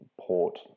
Port